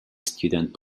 student